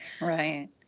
right